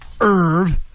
Irv